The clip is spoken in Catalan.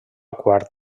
quart